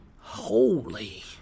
Holy